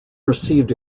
received